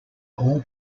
all